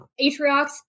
Atriox